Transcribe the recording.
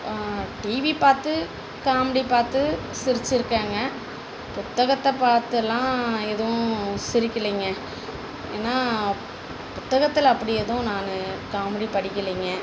TV பார்த்து comedy பாத்து சிரிச்சுருக்கேங்க புத்தகத்தைப் பார்த்துலாம் எதுவும் சிரிக்கிலைங்க ஏன்னால் புத்தகத்தில் அப்படி எதுவும் நானு காமெடி படிக்கிலைங்க